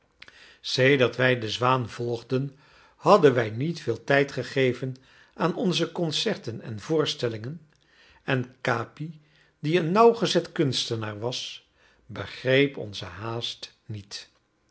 sedert wij de zwaan volgden hadden wij niet veel tijd gegeven aan onze concerten en voorstellingen en capi die een nauwgezet kunstenaar was begreep onze haast niet